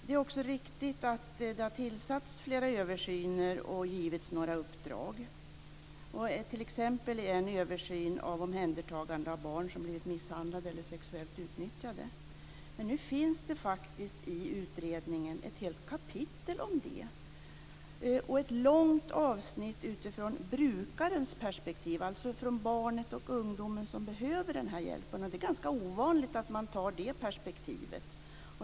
Det är riktigt att det har tillsatts flera översyner och givits några uppdrag, exempelvis en översyn när det gäller omhändertagande av barn som har blivit misshandlade eller sexuellt utnyttjade. Det finns faktiskt i utredningen ett helt kapitel om det, och det finns ett långt avsnitt utifrån brukarens perspektiv, alltså utifrån det barn och den unge som behöver hjälpen. Det är ganska ovanligt att man tar det perspektivet.